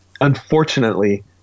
Unfortunately